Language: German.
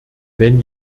wenn